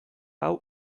hau